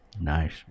Nice